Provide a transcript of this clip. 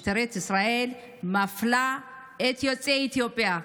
משטרת ישראל מפלה את יוצאי אתיופיה.